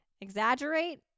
exaggerate